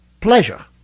pleasure